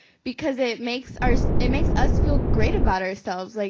because it makes our it makes us feel great about ourselves. like